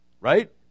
right